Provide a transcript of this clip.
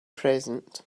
present